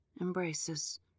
embraces